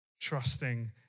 trusting